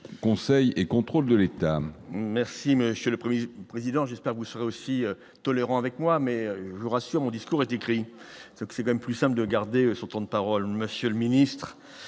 conseil et contrôle de l'État. Merci, Monsieur le 1er président juste à vous serez aussi tolérant avec moi, mais je vous rassure, mon discours est écrit ce que c'est même plus simple garder son temps de parole Monsieur le Ministre,